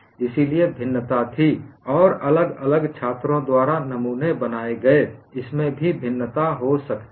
इसलिए भिन्नता थी और अलग अलग छात्रों द्वारा नमूने बनाए गए इसमें भी भिन्नता भी हो सकती है